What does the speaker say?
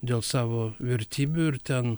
dėl savo vertybių ir ten